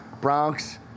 Bronx